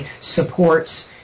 supports